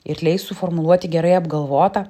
ir leis suformuluoti gerai apgalvotą